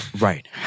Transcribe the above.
Right